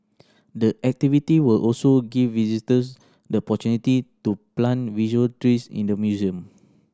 the activity will also give visitors the opportunity to plant virtual trees in the museum